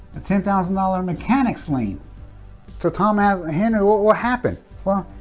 a ten thousand dollar mechanic's lien so tom asked henry what will happen well